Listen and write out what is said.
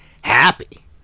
happy